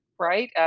right